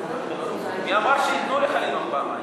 מי אמר שייתנו לך לנאום פעמיים?